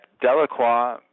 Delacroix